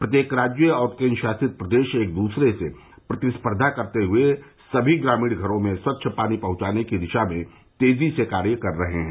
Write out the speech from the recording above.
प्रत्येक राज्य और केंद्रशासित प्रदेश एक दूसरे से प्रतिस्पर्धा करते हुए समी ग्रामीण घरों में स्वच्छ पीने का पानी पहुंचाने की दिशा में तेजी से कार्य कर रहे हैं